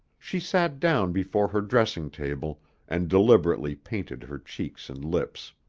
she sat down before her dressing-table and deliberately painted her cheeks and lips.